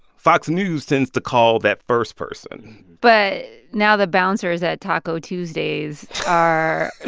fox news tends to call that first person but now the bouncers at taco tuesdays are.